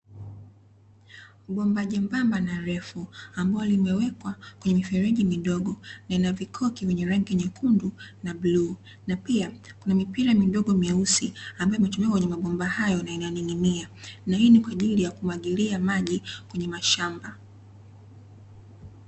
Bomba jembamba na refu ambalo limewekwa kwenye mifereji midogo lina vikoki vyenye rangi nyekundu na bluu na pia kuna mipira midogo myeusi iambayo imechomekwa kwenye mabomba hayo na inaning'inia na hiyo ni kwa ajili ya kumwagilia maji kwenye mashamba.